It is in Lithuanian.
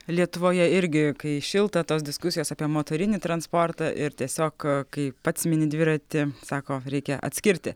lietuvoje irgi kai šilta tos diskusijos apie motorinį transportą ir tiesiog kai pats mini dviratį sako reikia atskirti